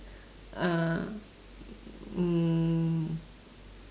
uh um